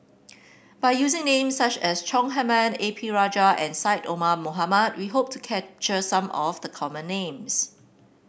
by using names such as Chong Heman A P Rajah and Syed Omar Mohamed we hope to capture some of the common names